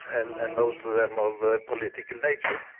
and and most of of them of a political nature.